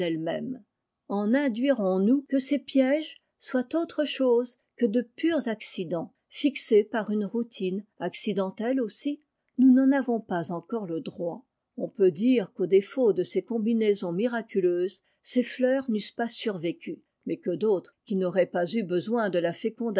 en induirons nous que ces pièges soient autre chose que de purs accidents fixés par nue routine accidentelle aussi nous n'eîi avons pas encore le droit on peut dire qu'au défaut de ces combinaisons miraculeuses ces fleurs n'eussent pas survécu mais que d'autres qui n'auraient pas eu besoin de la